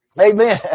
Amen